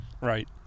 Right